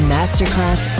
Masterclass